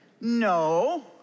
No